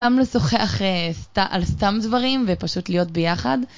גם לשוחח על סתם דברים ופשוט להיות ביחד.